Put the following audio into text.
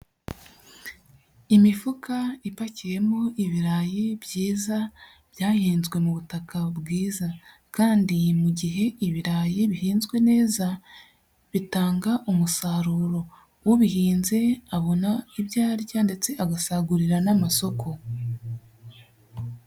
Imifuka ipakiyemo ibirayi byiza byahinzwe mu butaka bwiza, kandi mu gihe ibirayi bihinzwe neza bitanga umusaruro, ubihinze abona ibyo arya, ndetse agasagurira n'amasoko.